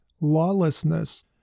lawlessness